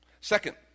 Second